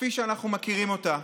כפי שאנחנו מכירים אותה.